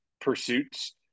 pursuits